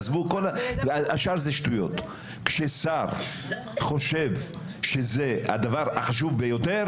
כששר חושב שזהו הדבר החשוב ביותר